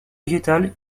végétale